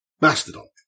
Mastodon